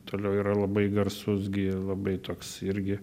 toliau yra labai garsus gi labai toks irgi